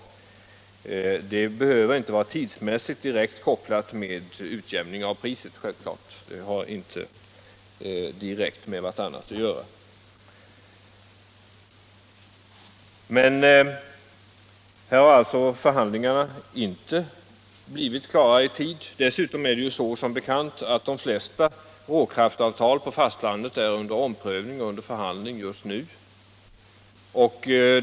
Det behöver självfallet inte vara tidsmässigt direkt kopplat till en utjämning av priset. Dessa saker har inte direkt med varandra att göra. Här har alltså förhandlingarna inte blivit klara i tid. Dessutom är, som bekant, de flesta råkraftavtalen på fastlandet under omprövning och förhandling just nu.